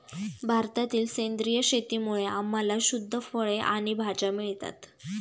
भारतातील सेंद्रिय शेतीमुळे आम्हाला शुद्ध फळे आणि भाज्या मिळतात